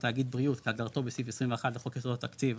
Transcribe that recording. או תאגיד בריאות כהגדרתו בסעיף 21 לחוק יסודות התקציב,